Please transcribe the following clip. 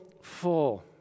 full